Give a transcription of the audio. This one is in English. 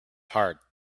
heart